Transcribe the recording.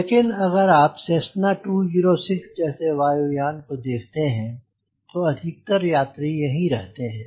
लेकिन अगर आप सेस्सना 206 जैसे वायु यान को देखते हैं तो अधिकतर यात्री यहीं पर रहते हैं